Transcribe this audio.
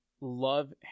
love